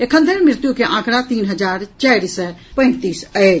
एखन धरि मृत्यु के आंकड़ा तीन हजार चारि सय पैंतीस अछि